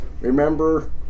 remember